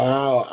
Wow